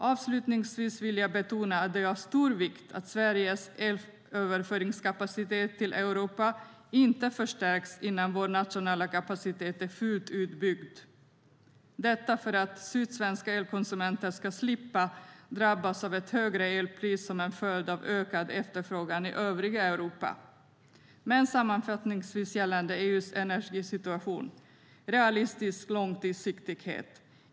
Avslutningsvis vill jag betona att det är av stor vikt att Sveriges kapacitet för elöverföring till Europa inte förstärks innan vår nationella kapacitet är fullt utbyggd, detta för att sydsvenska elkonsumenter ska slippa drabbas av ett högre elpris som en följd av ökad efterfrågan i övriga Europa. Sammanfattningsvis gäller följande för EU:s energisituation: Realistisk långsiktighet.